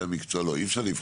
לא, אי אפשר לבחור.